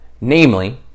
Namely